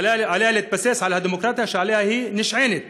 ועליה להתבסס על הדמוקרטיה שעליה היא נשענת.